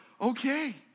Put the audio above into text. okay